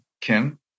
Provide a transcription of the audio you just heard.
Kim